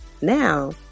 Now